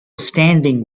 standing